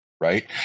Right